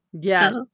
Yes